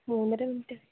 മൂന്നര മിനിറ്റ്